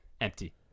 empty